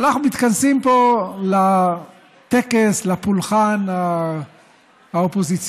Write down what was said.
אנחנו מתכנסים פה לטקס, לפולחן האופוזיציוני.